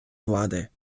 влади